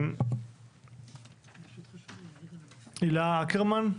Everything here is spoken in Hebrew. הילה אקרמן.